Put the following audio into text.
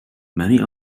many